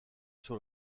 sur